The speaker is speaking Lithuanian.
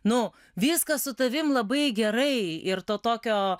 nu viskas su tavim labai gerai ir to tokio